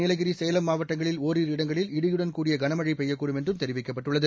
நீலகிரி சேலம் மாவட்டங்களில் ஒரிரு இடங்களில் இடியுடன் கூடிய கனமழையும் பெய்யக்கூடும் என்றும் தெரிவிக்கப்பட்டுள்ளது